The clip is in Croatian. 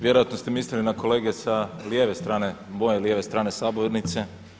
Vjerojatno ste mislili na kolege s lijeve strane, s moje lijeve strane sabornice.